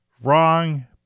wrong